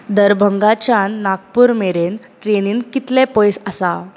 दरभंगाच्यान नागपुर मेरेन ट्रेनीन कितलें पयस आसा